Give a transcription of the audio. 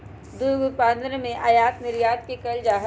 दुध उत्पादन के आयात निर्यात भी कइल जा हई